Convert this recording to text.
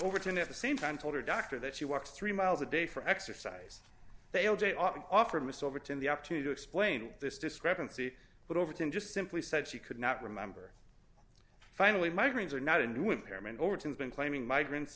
overturned at the same time told her doctor that she walks three miles a day for exercise they all day offered miss overton the opportunity to explain this discrepancy but overton just simply said she could not remember finally migraines are not a new impairment overton's been claiming migrant